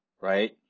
right